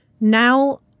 Now